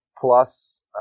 plus